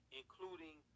including